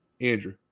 Andrew